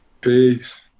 Peace